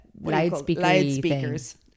loudspeakers